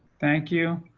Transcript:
thank you.